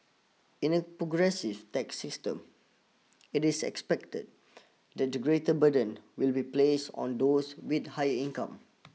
in a progressive tax system it is expected that the greater burden will be placed on those with higher income